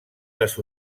les